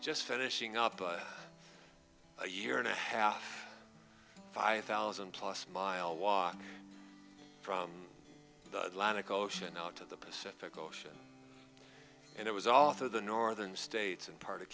just finishing up a year and a half five thousand plus mile walk from the lot of goshen out to the pacific ocean and it was all through the northern states and part of